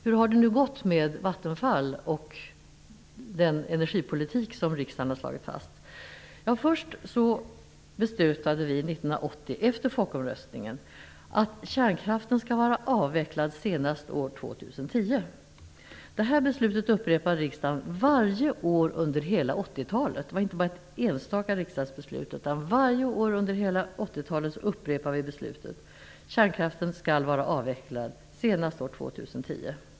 Hur har det nu gått med Vattenfall och den energipolitik som riksdagen har slagit fast? Först beslutade riksdagen 1980, efter folkomröstningen, att kärnkraften skall vara avvecklad senast år 2010. Detta beslut upprepade riksdagen varje år under hela 1980-talet. Det var inte bara ett enstaka riksdagsbeslut, utan varje år under hela 1980-talet upprepade riksdagen beslutet - kärnkraften skall vara avvecklad senast år 2010.